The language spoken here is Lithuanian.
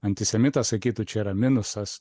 antisemitas sakytų čia yra minusas